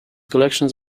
collections